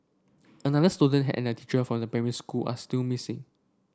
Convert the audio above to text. another student and a teacher from the primary school are still missing